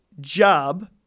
job